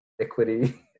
Equity